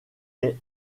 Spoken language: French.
est